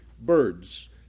birds